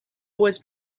always